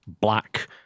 black